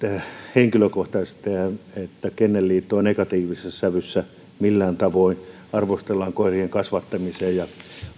henkilökohtaisesti että kennelliittoa negatiivisessa sävyssä millään tavoin arvostellaan koirien kasvattamiseen ja